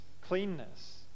cleanness